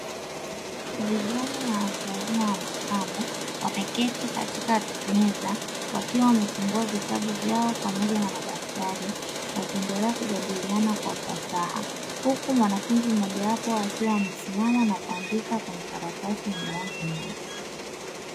Vijana na watu wazima wa makamo wameketi katika meza wakiwa wamefungua vitabu vyao pamoja na madaftari wakiendea kujadiliana kwa ufasaha, huku mwanafunzi mmoja wapo akiwa amesimama na kuandika kwenye karatasi yenye rangi nyeupe.